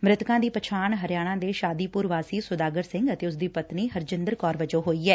ਮਿਤਕਾਂ ਦੀ ਪਛਾਣ ਹਰਿਆਣਾ ਦੇ ਸ਼ਾਦੀਪੁਰ ਵਾਸੀ ਸੁਦਾਗਰ ਸਿੰਘ ਤੇ ਉਸ ਦੀ ਪਤਨੀ ਹਰਜਿੰਦਰ ਕੌਰ ਵਜੋਂ ਹੋਈ ਏ